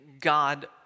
God